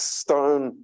stone